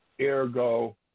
ergo